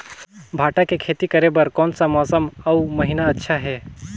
भांटा के खेती करे बार कोन सा मौसम अउ महीना अच्छा हे?